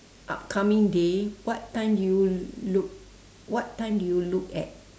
upcoming day what time do you look what time do you look at